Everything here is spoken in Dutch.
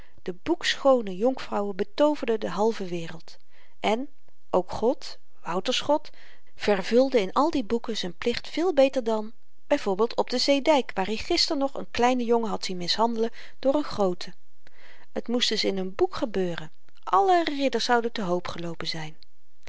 de boekschoone jonkvrouwen betooverden de halve wereld en ook god wouters god vervulde in al die boeken z'n plicht veel beter dan byv op den zeedyk waar i gister nog n kleinen jongen had zien mishandelen door n groote t moest eens in n boek gebeuren alle ridders zouden te hoop geloopen zyn